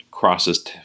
crosses